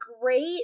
great